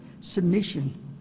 submission